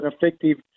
effective